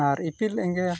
ᱟᱨ ᱤᱯᱤᱞ ᱮᱸᱜᱮᱞ